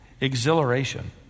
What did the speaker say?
Exhilaration